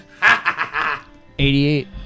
88